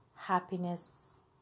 Happiness